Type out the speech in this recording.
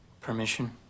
Permission